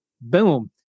Boom